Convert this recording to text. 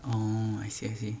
oh I see I see